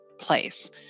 place